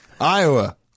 iowa